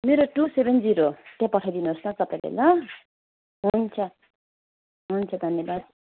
मेरो two seven zero त्यहाँ पठादिनुहोस् न तपाईँले ल हुन्छ हुन्छ धन्यवाद